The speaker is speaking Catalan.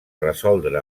resoldre